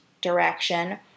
direction